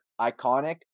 iconic